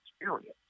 experience